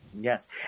Yes